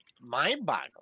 mind-boggling